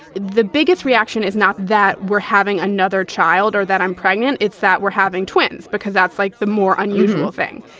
the biggest reaction is not that we're having another child or that i'm pregnant. it's that we're having twins because that's like the more unusual thing.